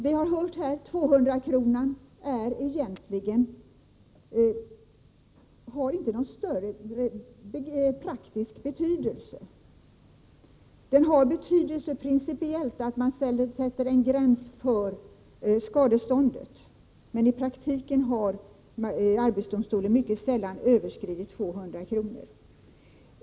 Vi har hört att 200-kronan egentligen inte har någon större praktisk betydelse. Principiellt har det betydelse att man sätter en gräns för skadeståndet, men i praktiken har arbetsdomstolen mycket sällan överskridit 200 kr.